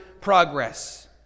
progress